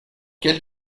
quelle